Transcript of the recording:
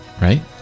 right